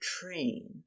train